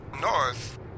north